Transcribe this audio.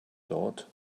dort